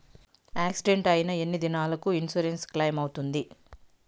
Accident అయిన ఎన్ని దినాలకు ఇన్సూరెన్సు క్లెయిమ్ అవుతుంది?